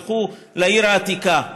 הלכו לעיר העתיקה.